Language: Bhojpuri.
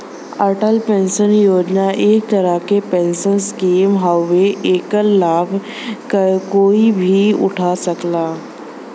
अटल पेंशन योजना एक तरह क पेंशन स्कीम हउवे एकर लाभ कोई भी उठा सकला